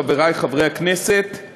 חברי חברי הכנסת,